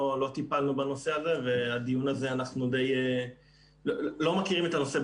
לא טיפלנו בנושא הזה ואנחנו בכלל לא מכירים אותו.